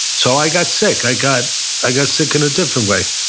so i got sick. i got i got sick in a different way,